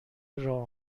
راه